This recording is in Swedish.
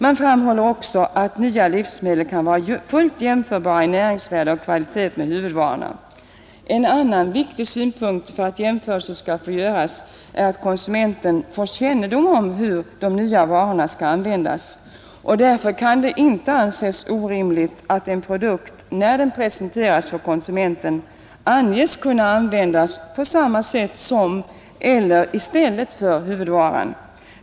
Man framhåller också att nya livsmedel kan vara fullt jämförbara i näringsvärde och kvalitet med huvudvarorna. En annan viktig motivering för att jämförelser skall få göras är att konsumenten skall få kännedom om hur de nya varorna skall användas. Därför kan det inte anses orimligt att en produkt, när den presenteras för konsumenten, anges kunna användas på samma sätt som eller i stället för huvudvaran.